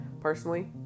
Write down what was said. Personally